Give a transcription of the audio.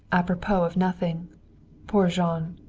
apropos of nothing poor jean!